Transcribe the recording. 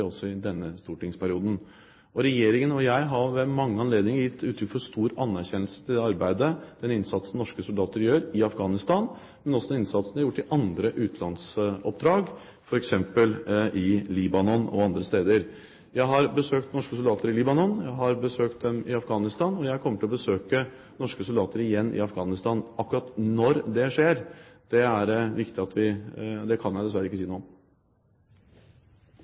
også i denne stortingsperioden. Regjeringen og jeg har ved mange anledninger gitt uttrykk for stor anerkjennelse av det arbeidet og den innsatsen norske soldater gjør i Afghanistan, og også den innsatsen de har gjort i andre utenlandsoppdrag, f.eks. i Libanon og andre steder. Jeg har besøkt norske soldater i Libanon. Jeg har besøkt dem i Afghanistan, og jeg kommer til å besøke norske soldater igjen i Afghanistan. Akkurat når det skjer, kan jeg dessverre ikke si noe om. Dermed en den muntlige spørretimen over, og vi